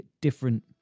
different